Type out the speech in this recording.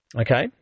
Okay